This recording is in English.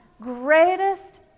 greatest